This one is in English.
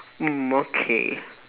mm okay